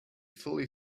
fully